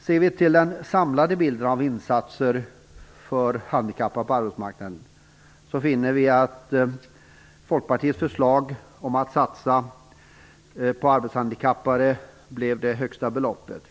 Ser vi till den samlade bilden av insatser för handikappade på arbetsmarknaden finner vi att Folkpartiets föreslagna satsning på arbetshandikappade blev det högsta beloppet.